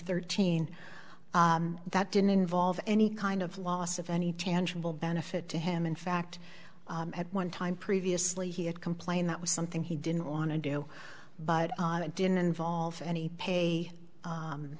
thirteen that didn't involve any kind of loss of any tangible benefit to him in fact at one time previously he had complained that was something he didn't want to do but it didn't involve any pay